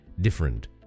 different